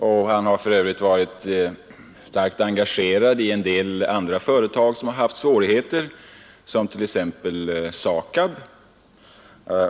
Han har också på annat sätt varit starkt engagerad i statliga företag som fått av projekterade ut: svårigheter — t.ex. i SAKAB.